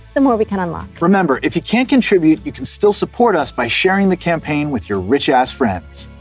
the more we can unlock. sam remember, if you can't contribute, you can still support us by sharing the campaign with your rich ass friends.